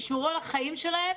תשמרו על החיים שלהם,